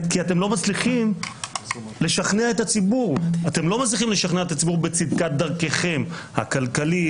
כי אינכם מצליחים לשכנע את הציבור בצדקת דרככם הכלכלית,